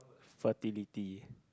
fertility